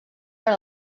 per